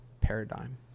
paradigm